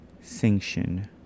sanction